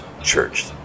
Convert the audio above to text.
church